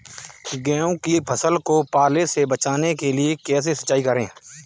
गेहूँ की फसल को पाले से बचाने के लिए कैसे सिंचाई करें?